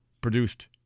produced